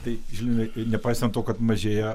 tai žilvinai ir nepaisant to kad mažėja